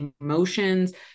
emotions